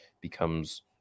becomes